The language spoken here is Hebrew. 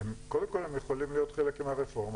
קודם כל הם יכולים להיות חלק מהרפורמה,